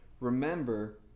remember